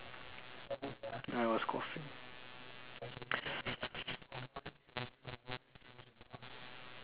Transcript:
I was coughing